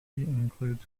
includes